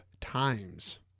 times